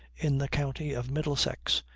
in the county of middlesex,